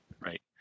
Right